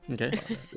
Okay